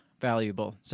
valuable